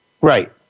Right